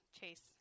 Chase